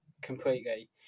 completely